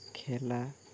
খেলা